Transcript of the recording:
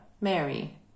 Mary